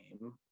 name